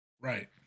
Right